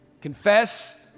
confess